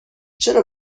چرا